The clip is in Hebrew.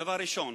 דבר ראשון.